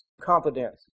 confidence